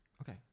Okay